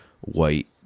white